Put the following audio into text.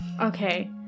okay